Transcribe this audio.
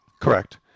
Correct